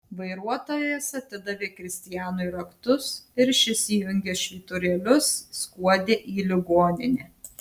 vairuotojas atidavė kristianui raktus ir šis įjungęs švyturėlius skuodė į ligoninę